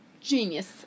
Genius